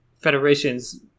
Federation's